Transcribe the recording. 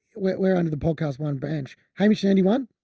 we're, we're under the podcastone branch hamish and andy one,